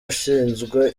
ushinzwe